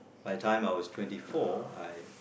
by the time I was twenty four I